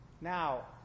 Now